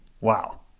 Wow